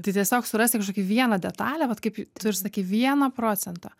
tai tiesiog surasti kažkokią vieną detalę vat kaip tu ir sakei vieną procentą